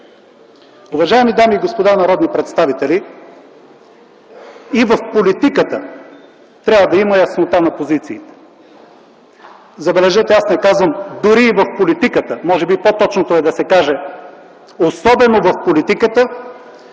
Уважаеми дами и господа народни представители, и в политиката трябва да има яснота на позициите! Забележете, аз не казвам: „Дори и в политиката”. Може би по-точното е да се каже: „Особено в политиката